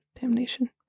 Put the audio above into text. damnation